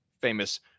famous